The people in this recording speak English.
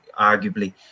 arguably